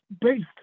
based